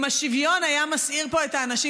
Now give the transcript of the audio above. אם השוויון היה מסעיר פה את האנשים